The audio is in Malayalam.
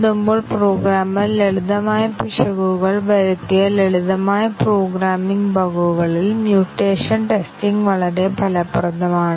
ഇപ്പോൾ നമുക്ക് ഈ ഉദാഹരണം നോക്കാം a b ന് തുല്യമാണ് ഇവിടെ സ്റ്റേറ്റ്മെന്റ് നമ്പർ 1 ആണ്